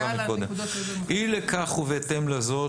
אי לכך ובהתאם לזאת,